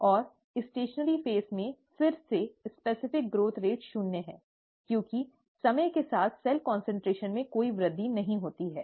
और स्टेशनरी चरण में फिर से विशिष्ट विकास दर शून्य है क्योंकि समय के साथ सेल कंसंट्रेशन में कोई वृद्धि नहीं होती है